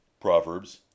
Proverbs